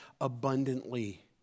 abundantly